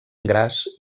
graz